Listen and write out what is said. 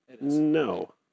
No